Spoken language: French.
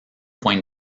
point